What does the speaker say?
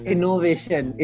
Innovation